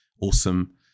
awesome